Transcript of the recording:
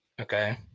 Okay